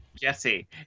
jesse